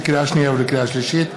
לקריאה שנייה ולקריאה שלישית,